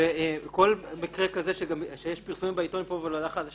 כל מקרה כזה שיש פרסומים בעיתון מפה ועד להודעה חדשה